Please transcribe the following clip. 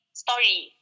story